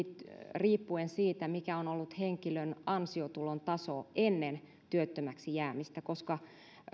riippuen siitä mikä on ollut henkilön ansiotulon taso ennen työttömäksi jäämistä koska